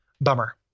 bummer